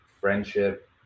friendship